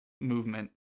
movement